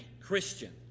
Christian